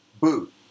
boot